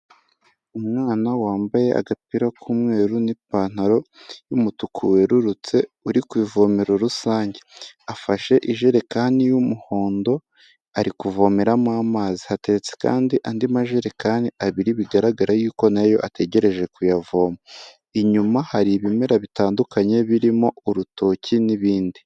Umwana wambaye agapira k'umweru n'ipantaro y'umutuku werurutse uri ku ivomero rusange. Afashe ijerekani y'umuhondo ari kuvomeramo amazi. Hateretse kandi andi majerekani abiri bigaragara yuko na yo ategereje kuyavoma. Inyuma hari ibimera bitandukanye birimo urutoki n'ibindi.